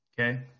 Okay